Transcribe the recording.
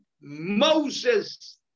Moses